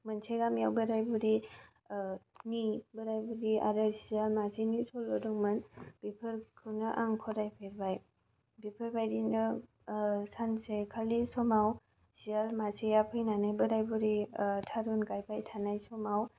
मोनसे गामियाव बोराय बुरै बोराय बुरै आरो सियाल मासेनि सल' दंमोन बेफोरखौनो आं फरायफेरबाय बेफोरबायदिनो सानसेखालि समाव सियाल मासेया फैनानै बोराय बुरै थारुन गायबाय थानाय समाव